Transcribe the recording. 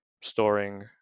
storing